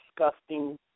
disgusting